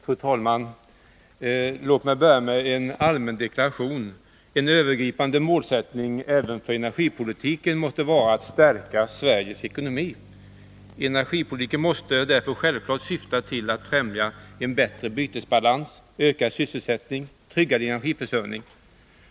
Fru talman! Låt mig börja med en allmän deklaration. En övergripande målsättning även för energipolitiken måste vara att stärka Sveriges ekonomi. Energipolitiken måste därför självfallet syfta till att främja en bättre bytesbalans, ökad sysselsättning och tryggad energiförsörjning.